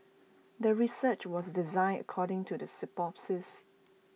the research was designed according to the hypothesis